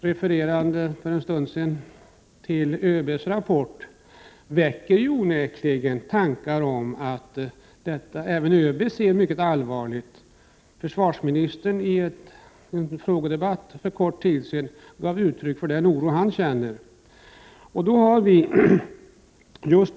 Refererandet för en stund sedan till ÖB:s rapport väcker onekligen tankar om att även ÖB ser mycket allvarligt på detta. Försvarsministern gav i en frågedebatt för kort tid sedan uttryck för den oro han känner.